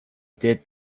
did